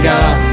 God